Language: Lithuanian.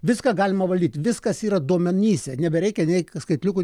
viską galima valdyti viskas yra duomenyse nebereikia nei skaitliukų